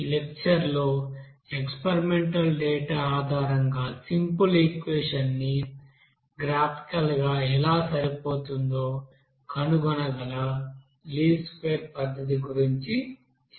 ఈ లెక్చర్ లో experimental data ఆధారంగా సింపుల్ ఈక్వెషన్ ని గ్రాఫికల్గా ఎలా సరిపోతుందో కనుగొనగల లీస్ట్ స్క్వేర్ పద్ధతి గురించి చర్చిస్తాము